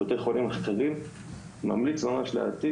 משרד הבריאות מממן חלק מהקמפיינים בקהילה החרדית,